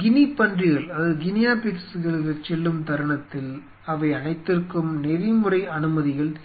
கினிப் பன்றிகளுக்குச் செல்லும் தருணத்தில் அவை அனைத்திற்கும் நெறிமுறை அனுமதிகள் தேவை